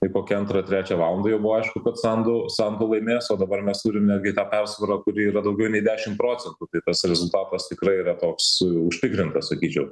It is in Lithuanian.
tai kokią antrą trečią valandą jau buvo aišku kad sandu sandu laimės o dabar mes turime gi tą persvarą kuri yra daugiau nei dešim procentų tai tas rezultatas tikrai yra toks užtikrintas sakyčiau